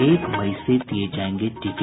एक मई से दिये जायेंगे टीके